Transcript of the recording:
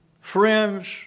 friends